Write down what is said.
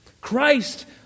Christ